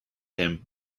him